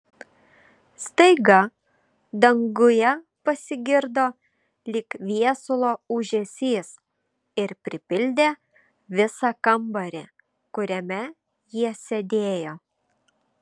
staiga danguje pasigirdo lyg viesulo ūžesys ir pripildė visą kambarį kuriame jie sėdėjo